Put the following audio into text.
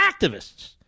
activists